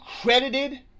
credited